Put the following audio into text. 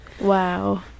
Wow